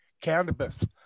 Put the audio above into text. cannabis